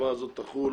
החובה הזאת תחול